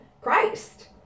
Christ